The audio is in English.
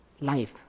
life